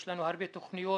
יש לנו הרבה תוכניות